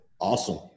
awesome